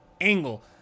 angle